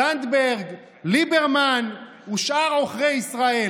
זנדברג, ליברמן ושאר עוכרי ישראל.